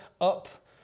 up